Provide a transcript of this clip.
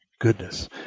goodness